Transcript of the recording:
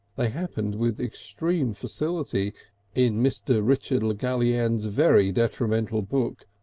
they happened with extreme facility in mr. richard le gallienne's very detrimental book,